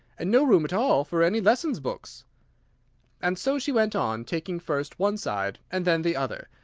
and no room at all for any lesson-books! and so she went on, taking first one side and then the other,